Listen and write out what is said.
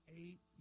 eight